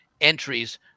entries